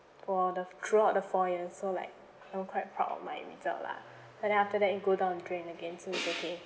for the throughout the four years so like I'm quite proud of my result lah but then after that you go down the drain again so it's okay